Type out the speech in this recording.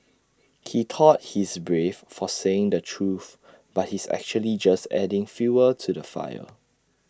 he thought he's brave for saying the truth but he's actually just adding fuel to the fire